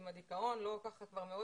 אם הדיכאון לא כל כך התפשט,